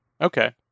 Okay